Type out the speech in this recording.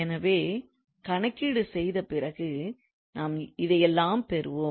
எனவே கணக்கீடு செய்த பிறகு நாம் இதை எல்லாம் பெறுவோம்